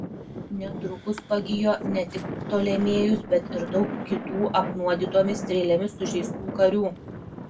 netrukus pagijo ne tik ptolemėjus bet ir daug kitų apnuodytomis strėlėmis sužeistų karių